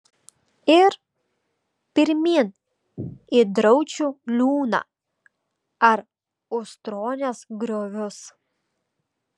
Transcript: ir pirmyn į draučių liūną ar ustronės griovius